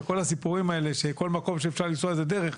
וכל הסיפורים האלה שכל מקום שאפשר לנסוע זה דרך,